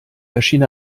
erschien